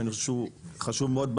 שהוא חשוב מאוד,